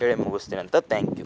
ಹೇಳಿ ಮುಗ್ಸ್ತೀನಿ ಅಂತ ತ್ಯಾಂಕ್ ಯು